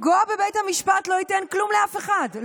לפגוע בבית המשפט לא ייתן כלום לאף אחד,